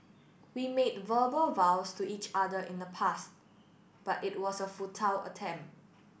we made verbal vows to each other in the past but it was a futile attempt